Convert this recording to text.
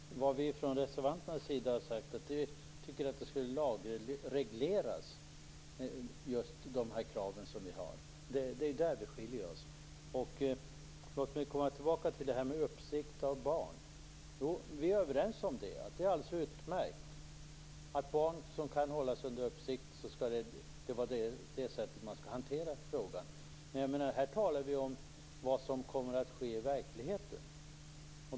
Fru talman! Vad vi från reservanternas sida har sagt är att vi tycker att de krav vi har skall lagregleras. Det är där vi skiljer oss åt. Låt mig komma tillbaka till frågan om att hålla barn under uppsikt. Vi är överens om att det är alldeles utmärkt att barn som kan hållas under uppsikt skall hanteras på det sättet, men här talar vi om vad som kommer att ske i verkligheten.